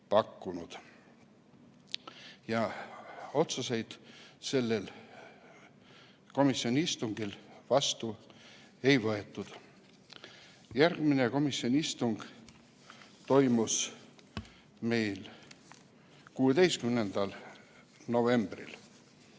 pakkunud. Otsuseid sellel komisjoni istungil vastu ei võetud. Järgmine komisjoni istung toimus meil 16. novembril.